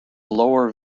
lower